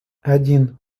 один